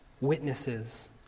witnesses